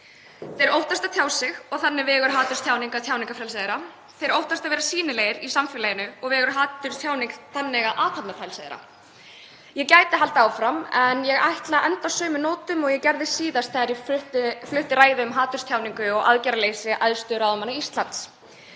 Þeir óttast að tjá sig og þannig vegur haturstjáning að tjáningarfrelsi þeirra. Þeir óttast að vera sýnilegir í samfélaginu og vegur haturstjáning þannig að athafnafrelsi þeirra. Ég gæti haldið áfram en ég ætla að enda á sömu nótum og ég gerði síðast þegar ég flutti ræðu um haturstjáningu og aðgerðaleysi æðstu ráðamanna Íslands.